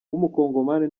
w’umukongomani